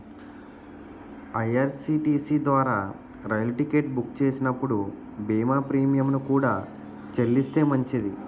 IRCTC ద్వారా రైలు ticket book చేస్తున్నప్పుడు బీమా ప్రీమియంను కూడా చెల్లిస్తే మంచిది